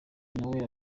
noel